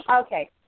Okay